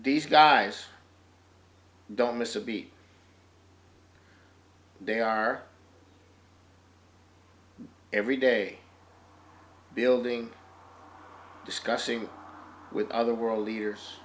these guys don't miss a beat they are every day building discussing with other world leaders